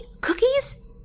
Cookies